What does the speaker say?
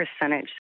percentage